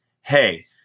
Hey